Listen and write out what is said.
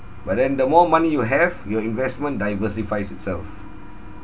but then the more money you have your investment diversifies itself